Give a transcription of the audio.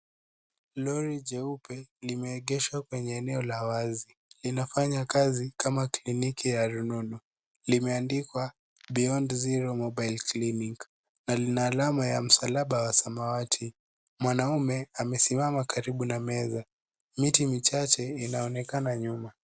Lori jeupe limeegeshwa kwenye eneo la wazi. Linafanya kazi kama kliniki ya rununu. Limeandikwa beyond zero mobile clinic na lina alama ya msalaba wa samawati . Mwanaume amesimama karibu na meza. Miti michache inaonekana nyuma.